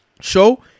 show